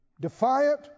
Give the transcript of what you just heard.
Defiant